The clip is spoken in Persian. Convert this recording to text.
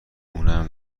اونم